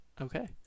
Okay